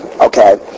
okay